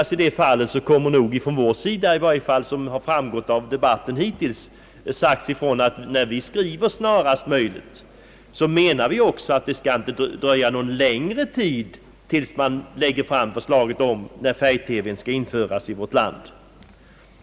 Såsom framgår av debatten hittills menar vi, när vi skriver »snarast möjligt», att det inte skall få dröja någon längre tid innan man lägger fram förslag om när färg-TV skall införas i vårt land.